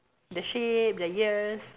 the shape the ears